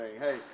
Hey